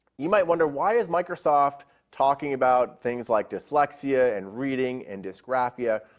you might wonder why is microsoft talking about things like dyslexia, and reading, and dysgraphia,